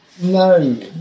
No